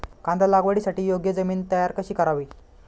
कांदा लागवडीसाठी योग्य जमीन तयार कशी करावी?